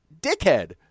dickhead